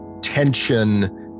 tension